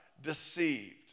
deceived